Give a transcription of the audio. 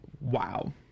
Wow